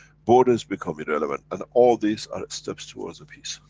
borders become irrelevant and all these are steps towards the peace.